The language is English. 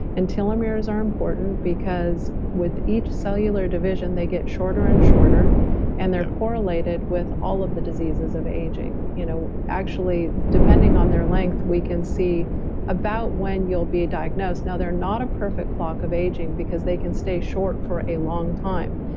and telomeres are important because with each cellular division, they get shorter and shorter and they're correlated with all of the diseases of aging. you know actually depending on their length, we can see about when you'll be diagnosed. now, they're not a perfect clock of aging, because they can stay short for a long time.